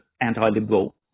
anti-liberal